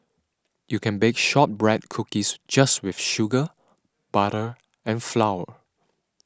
you can bake Shortbread Cookies just with sugar butter and flour